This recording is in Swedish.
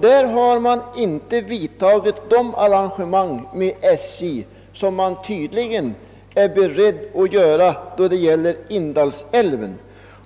Där har man inte vidtagit de arrangemang med SJ som man tydligen är beredd att göra då det gäller Indalsälven.